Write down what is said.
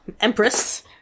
Empress